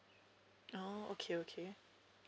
oh okay okay